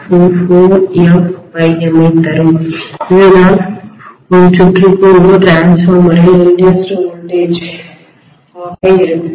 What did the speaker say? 44 f∅m தரும் இதுதான் ஒரு சுற்றுக்கு ஒரு டிரான்ஸ்ஃபார்மரில் இன்டியூஸ்டு வோல்டேஜாக தூண்டப்படும் மின்னழுத்தமாக இருக்கும்